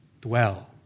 dwell